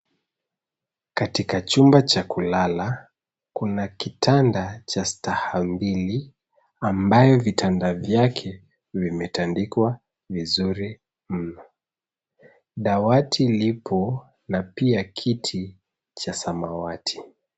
Katika chumba cha kulala, kuna kitanda cha staha mbili ambayo vitanda vyake vimetandikwa vizuri mno. Dawati lipo na pia kiti cha samawati.